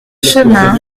chemin